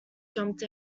jumped